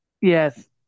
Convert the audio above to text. Yes